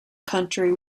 country